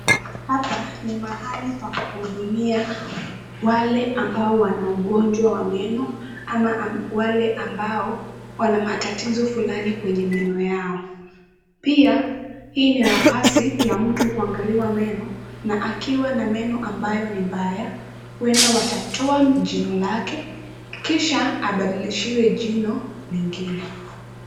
Hapa ni mahali pa kuhudumia wale ambao wana ugonjwa wa meno ama wale ambao wana matatizo fulani kwenye meno yao. Pia hii ni nafasi ya mtu kuangaliwa meno na akiwa na meno ambayo ni mbaya huenda watatoa jino lake kisha abadilishiwe jino lingine.